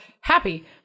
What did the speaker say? happy